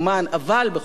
אבל בכל זאת,